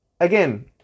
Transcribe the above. again